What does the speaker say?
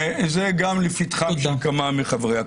זה גם לפתחם של כמה מחברי הכנסת.